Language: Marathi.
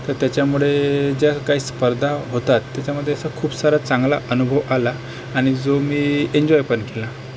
तर त्याच्यामुळे ज्या काही स्पर्धा होतात त्याच्यामध्ये असं खूप सारं चांगला अनुभव आला आणि जो मी एन्जॉय पण केला